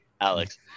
Alex